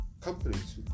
Companies